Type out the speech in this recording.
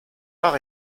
par